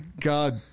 God